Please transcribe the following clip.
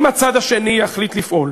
אם הצד השני יחליט לפעול